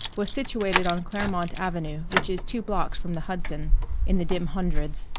was situated on claremont avenue, which is two blocks from the hudson in the dim hundreds.